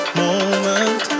moment